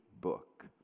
book